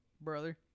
brother